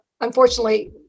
unfortunately